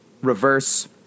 reverse